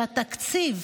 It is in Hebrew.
שהתקציב